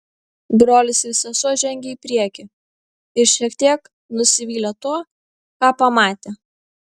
brolis ir sesuo žengė į priekį ir šiek tiek nusivylė tuo ką pamatė